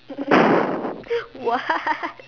what